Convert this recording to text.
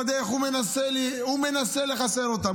ובדרך הוא מנסה לחסל אותם,